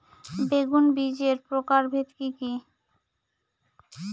বেগুন বীজের প্রকারভেদ কি কী?